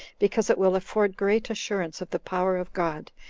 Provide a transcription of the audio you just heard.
because it will afford great assurance of the power of god,